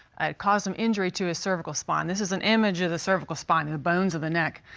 it caused an injury to his cervical spine. this is an image of the cervical spine, the bones of the neck.